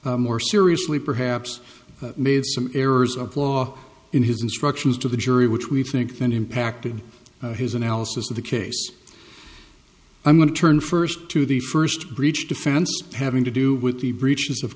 then more seriously perhaps made some errors of law in his instructions to the jury which we think that impacted his analysis of the case i'm going to turn first to the first breach defense having to do with the breaches of